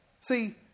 See